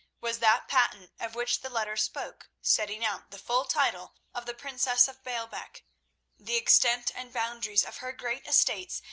was that patent of which the letter spoke, setting out the full titles of the princess of baalbec the extent and boundaries of her great estates,